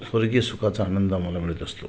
स्वर्गीय सुखाचा आनंद आम्हाला मिळत असतो